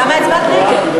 אז למה הצבעת נגד?